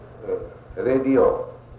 radio